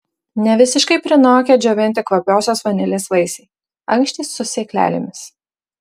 nevisiškai prinokę džiovinti kvapiosios vanilės vaisiai ankštys su sėklelėmis